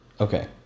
Okay